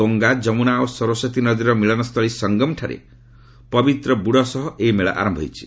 ଗଙ୍ଗା ଯମୁନା ଓ ସରସ୍ୱତୀ ନଦୀର ମିଳନ ସ୍ଥଳୀ ସଂଗମଠାରେ ପବିତ୍ର ବୁଡ଼ ସହ ଏହି ମେଳା ଆରମ୍ଭ ହୋଇଛି